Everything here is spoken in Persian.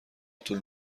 طول